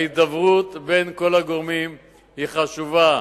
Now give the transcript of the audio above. ההידברות בין כל הגורמים חשובה,